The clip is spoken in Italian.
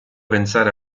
pensare